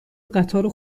قطار